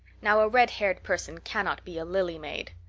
now, a red-haired person cannot be a lily maid.